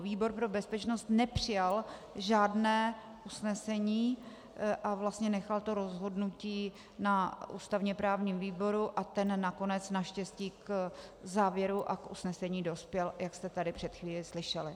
Výbor pro bezpečnost nepřijal žádné usnesení a vlastně nechal rozhodnutí na ústavněprávním výboru a ten nakonec naštěstí k závěru a k usnesení dospěl, jak jste tady před chvílí slyšeli.